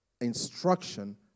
instruction